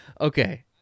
okay